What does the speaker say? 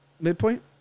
Midpoint